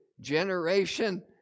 generation